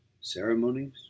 Ceremonies